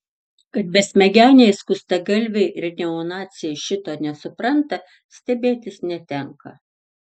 kad besmegeniai skustagalviai ir neonaciai šito nesupranta stebėtis netenka